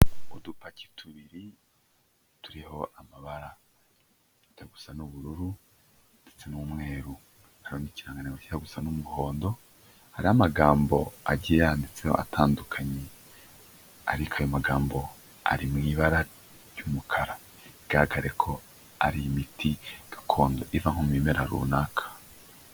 Udupaki tubiri turiho amabara ajya gusa n'ubururu ndetse n'umweru hari cyane najya gusa n'umuhondo hari amagambo agiye yanditseho atandukanye ariko ayo magambo ari mu ibara ry'umukara bigaragare ko ari imiti gakondo iva mubimera runaka.